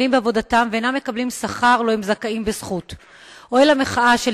ובעוד עשר שנים יהיה פה עוד דיון איך לא קרה כלום